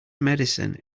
medicine